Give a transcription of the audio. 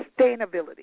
Sustainability